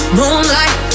moonlight